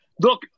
look